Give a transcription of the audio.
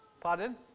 pardon